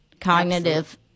cognitive